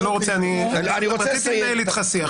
אני רוצה לנהל איתך שיח.